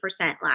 last